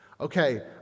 okay